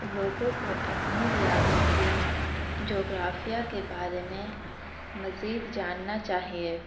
لوگوں کو اپنی ریاست کے جغرافیہ کے بارے میں مزید جاننا چاہیے